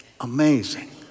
Amazing